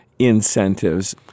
incentives